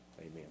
Amen